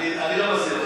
כן, אבות אבותי,